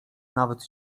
nawet